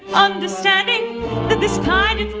understanding that this time